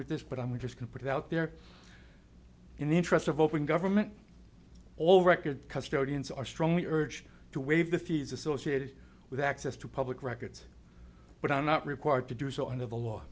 with this but i'm we just can put it out there in the interest of open government all record custody and are strongly urged to waive the fees associated with access to public records but are not required to do so under the law